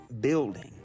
building